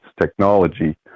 technology